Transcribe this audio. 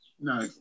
No